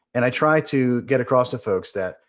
and i try to get across to folks that,